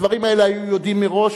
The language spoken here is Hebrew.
הדברים האלה היו ידועים מראש,